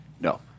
No